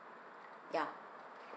yeah